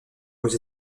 aux